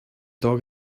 dog